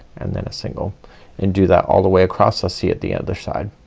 and then a single and do that all the way across. i'll see at the other side.